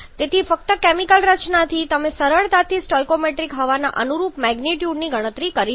તેથી ફક્ત કેમિકલ રચનાથી તમે સરળતાથી સ્ટોઇકોમેટ્રિક હવાના અનુરૂપ મેગ્નિટ્યુડ ની ગણતરી કરી શકો છો